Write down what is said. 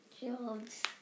jobs